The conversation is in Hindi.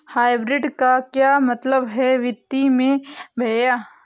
हाइब्रिड का क्या मतलब है वित्तीय में भैया?